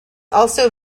also